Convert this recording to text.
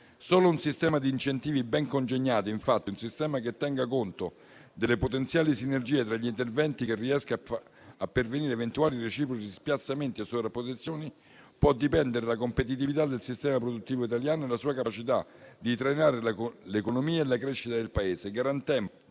Da un sistema di incentivi ben congegnati, infatti, un sistema che tenga conto delle potenziali sinergie tra gli interventi e che riesca a prevenire eventuali reciproci spiazzamenti e sovrapposizioni può dipendere la competitività del sistema produttivo italiano e la sua capacità di trainare l'economia e la crescita del Paese,